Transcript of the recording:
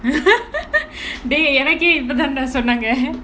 dey எனக்கே இப்ப தாண்டா சொன்னாங்க:enakkae ippa thaandaa sonnaanga